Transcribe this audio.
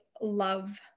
love